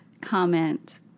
comment